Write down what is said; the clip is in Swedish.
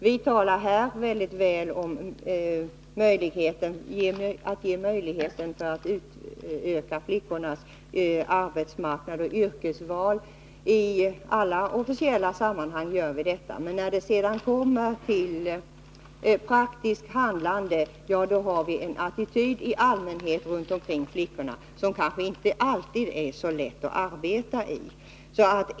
Vi talar i alla officiella sammanhang mycket väl om att utöka flickornas möjligheter när det gäller arbetsmarknad och yrkesval, men när det sedan kommer till praktiskt handlande intar vi i allmänhet en attityd mot flickorna som kanske inte alltid gör det så lätt för dem att arbeta.